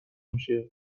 میشه